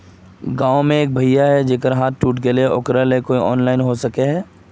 गाँव में एक भैया है जेकरा हाथ टूट गले एकरा ले कुछ ऑनलाइन होबे सकते है?